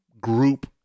group